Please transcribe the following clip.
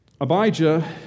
Abijah